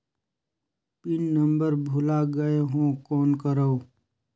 Pin number भुला गयें हो कौन करव?